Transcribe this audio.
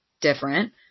different